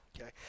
okay